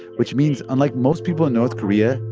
which means unlike most people in north korea,